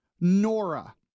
Nora